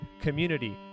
community